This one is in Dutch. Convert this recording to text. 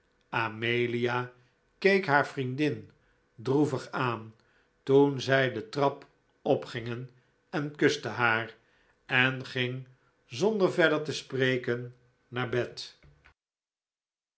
amelia keek haar vriendin droevig aan toen zij de trap opgingen en kuste haar en ging zonder verder te spreken naar bed